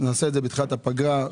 נעשה זאת בתחילת הפגרה.